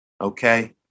okay